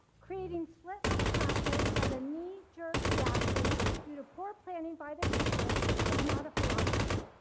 creating split-level classes as a knee-jerk reaction due to poor planning by the district is not a philosophy.